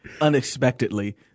unexpectedly